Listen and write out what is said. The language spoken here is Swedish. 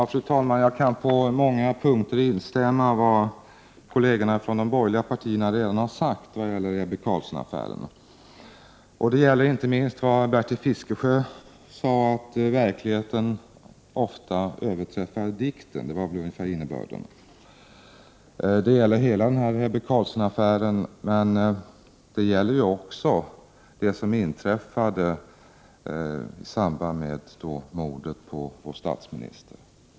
Fru talman! Jag kan på många punkter instämma i det som kollegerna från de borgerliga partierna redan har sagt när det gäller Ebbe Carlsson-affären. Det gäller inte minst det som Bertil Fiskesjö sade om att verkligheten ofta överträffar dikten. Jag tror att det var innebörden i det som han sade. Det gäller hela Ebbe Carlsson-affären, men det gäller också det som inträffade i samband med mordet på vår statsminister.